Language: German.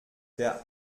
der